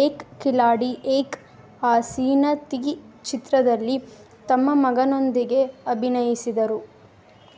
ಏಕ್ ಖಿಲಾಡಿ ಏಕ್ ಹಸೀನಾ ಥೀ ಚಿತ್ರದಲ್ಲಿ ತಮ್ಮ ಮಗನೊಂದಿಗೆ ಅಭಿನಯಿಸಿದರು